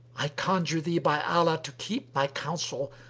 i conjure thee by allah to keep my counsel,